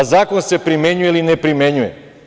Zakon se primenjuje ili ne primenjuje.